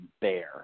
bear